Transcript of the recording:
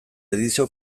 edizio